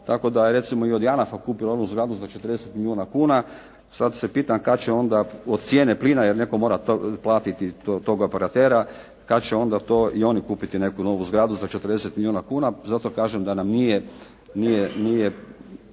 tako da je recimo i od JANAF-a kupila onu zgradu za 40 milijuna kuna, sada se pitam kada će onda od cijene plina, jer netko mora platiti tog operatera, kada će onda to i oni kupiti neku novu zgradu za 40 milijuna kuna, zato kažem da nam nije